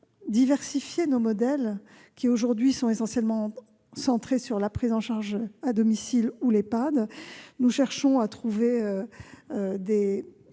diversifier nos modèles, aujourd'hui essentiellement centrés sur la prise en charge à domicile ou sur l'EHPAD. Nous voulons trouver des